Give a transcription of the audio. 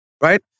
Right